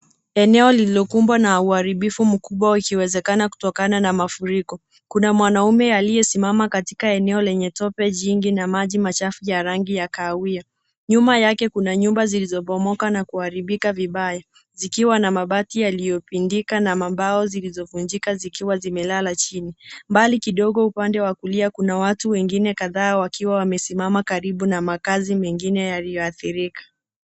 Eneo lililokumbwa na uharibifu mkubwa ikiwezekana kutokana na mafuriko. Kuna mwanaume aliyesimama katika eneo lenye tope jingi na maji machafu ya rangi ya kahawia. Nyuma yake kuna nyumba zilizobomoka na kuharibika vibaya zikiwa na mabati yaliyopindika na mambao zilizovunjika zikiwa zimelala chini. Mbali kidogo upande wa kulia, kuna watu wengine kadhaa wakiwa wamesimama karibu na makazi mengine yaliyoathirika.